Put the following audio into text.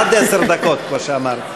עד עשר דקות, כמו שאמרתי.